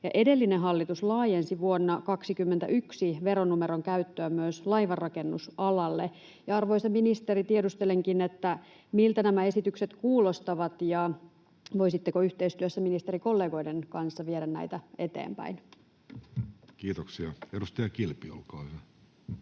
edellinen hallitus laajensi vuonna 21 veronumeron käyttöä myös laivanrakennusalalle. Arvoisa ministeri, tiedustelenkin: miltä nämä esitykset kuulostavat, ja voisitteko yhteistyössä ministerikollegoiden kanssa viedä näitä eteenpäin? [Speech 386] Speaker: